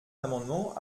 amendement